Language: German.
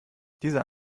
dieser